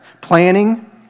planning